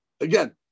again